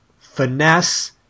finesse